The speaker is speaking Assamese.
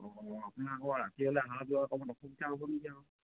অঁ আপোনাৰ আকৌ ৰাতি হ'লে অহা যোৱা অকমান অসুবিধা হ'ব নেকি আকৌ